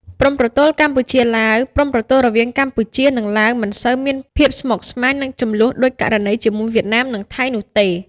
ព្រំប្រទល់កម្ពុជា-ឡាវ ព្រំប្រទល់រវាងកម្ពុជា និងឡាវមិនសូវមានភាពស្មុគស្មាញ និងជម្លោះដូចករណីជាមួយវៀតណាម និងថៃនោះទេ។